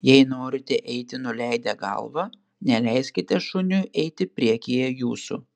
jei norite eiti nuleidę galvą neleiskite šuniui eiti priekyje jūsų